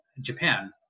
Japan